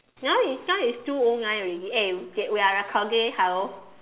now it's now it's two o nine already eh we are recording hello